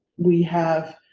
we have,